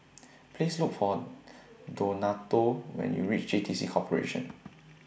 Please Look For Donato when YOU REACH J T C Corporation